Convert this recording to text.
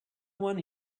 one